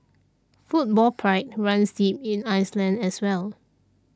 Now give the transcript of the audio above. football pride runs deep in Iceland as well